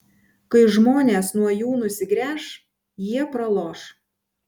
kai žmonės nuo jų nusigręš jie praloš